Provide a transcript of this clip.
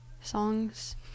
songs